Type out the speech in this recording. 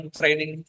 training